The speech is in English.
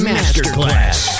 Masterclass